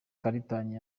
karitanyi